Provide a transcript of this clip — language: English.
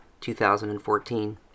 2014